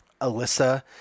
Alyssa